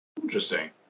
Interesting